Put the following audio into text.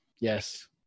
Yes